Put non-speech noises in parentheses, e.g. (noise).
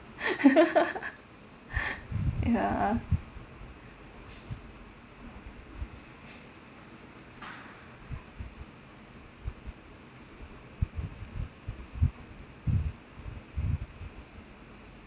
(laughs) (breath) ya